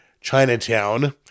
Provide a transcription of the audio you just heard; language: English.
Chinatown